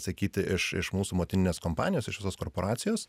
sakyti iš iš mūsų motininės kompanijos iš visos korporacijos